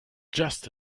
just